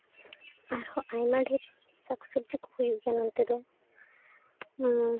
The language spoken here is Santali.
ᱟᱨᱦᱚᱸ ᱟᱭᱢᱟ ᱰᱷᱮᱨ ᱥᱟᱠ ᱥᱚᱵᱽᱡᱤ ᱠᱚ ᱦᱩᱭᱩᱜ ᱜᱮᱭᱟ ᱱᱚᱱᱛᱮ ᱫᱚ